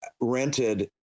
rented